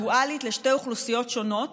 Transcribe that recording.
דואלית,